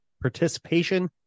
participation